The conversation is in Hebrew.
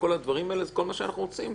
זה כל מה שאנחנו רוצים